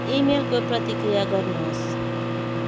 इमेलको प्रतिक्रिया गर्नुहोस्